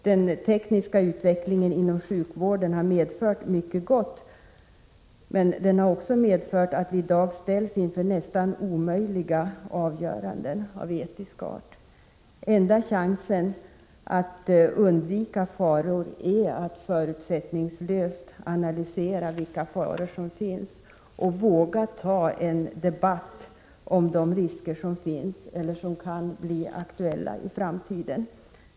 Den tekniska utvecklingen inom sjukvården har medfört mycket gott, men den har också medfört att vi i dag ställs inför nästan omöjliga avgöranden av etisk art. Den enda chansen att undvika faror är att förutsättningslöst analyser vilka faror som finns och våga ta en debatt om de risker som föreligger eller som kan bli aktuella i framtiden.